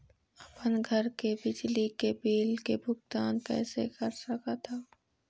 अपन घर के बिजली के बिल के भुगतान कैसे कर सकत हव?